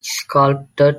sculpted